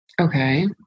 Okay